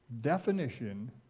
definition